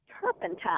turpentine